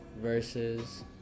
versus